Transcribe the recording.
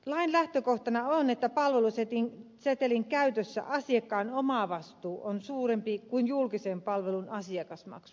lain lähtökohtana on että palvelusetelin käytössä asiakkaan omavastuu on suurempi kuin julkisen palvelun asiakasmaksu